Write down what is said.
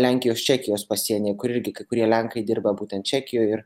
lenkijos čekijos pasienyje kur irgi kai kurie lenkai dirba būtent čekijoj ir